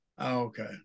Okay